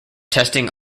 testing